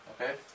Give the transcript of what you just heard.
Okay